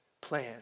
plan